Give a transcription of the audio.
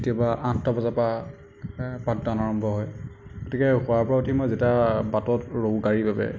কেতিয়াবা আঠটা বজাৰ পৰা পাঠদান আৰম্ভ হয় গতিকে শুৱাৰ পৰা উঠি মই যেতিয়া বাটত ৰওঁ গাড়ীৰ বাবে